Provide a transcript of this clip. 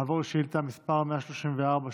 נעבור לשאילתה מס' 134,